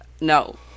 No